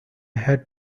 had